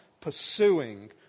pursuing